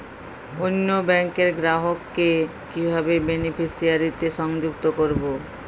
অন্য ব্যাংক র গ্রাহক কে কিভাবে বেনিফিসিয়ারি তে সংযুক্ত করবো?